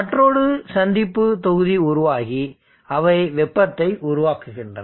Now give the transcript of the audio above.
மற்றொரு சந்திப்பு தொகுதி உருவாகி அவை வெப்பத்தை உருவாக்குகின்றன